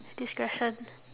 discretion